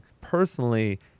Personally